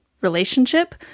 relationship